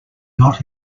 not